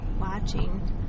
watching